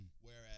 Whereas